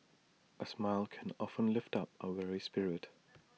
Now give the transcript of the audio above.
A smile can often lift up A weary spirit